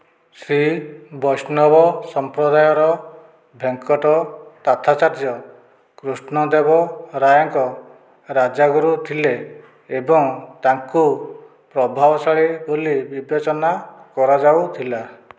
ଶ୍ରୀ ବୈଷ୍ଣବ ସମ୍ପ୍ରଦାୟର ଭେଙ୍କଟ ତାଥାଚାର୍ଯ୍ୟ କୃଷ୍ଣଦେବ ରାୟଙ୍କ ରାଜାଗୁରୁ ଥିଲେ ଏବଂ ତାଙ୍କୁ ପ୍ରଭାବଶାଳୀ ବୋଲି ବିବେଚନା କରାଯାଉଥିଲା